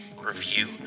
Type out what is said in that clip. review